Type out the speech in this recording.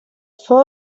four